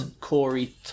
Corey